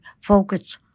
focus